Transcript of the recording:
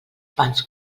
pans